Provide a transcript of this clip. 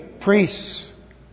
priests